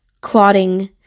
clotting